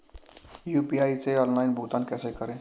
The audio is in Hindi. यू.पी.आई से ऑनलाइन भुगतान कैसे करें?